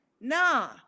Nah